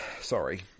sorry